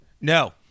No